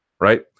right